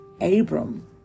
Abram